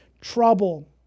trouble